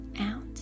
out